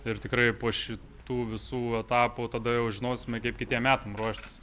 ir tikrai po šitų visų etapų tada jau žinosime kaip kitiem metam ruoštis